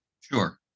sure